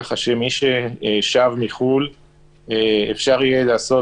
ככה שלחלק או לרוב מי ששב מחו"ל אפשר יהיה לעשות